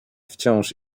wciąż